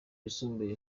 yisumbuye